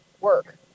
work